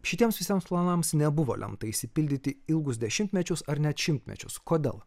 šitiems visiems planams nebuvo lemta išsipildyti ilgus dešimtmečius ar net šimtmečius kodėl